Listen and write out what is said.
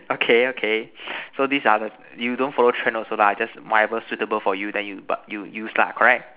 okay okay so this are the you don't follow trend also lah just whatever suitable for you then you you use lah correct